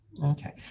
Okay